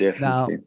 Now